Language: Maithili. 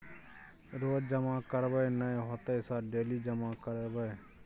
रोज जमा करबे नए होते सर डेली जमा करैबै?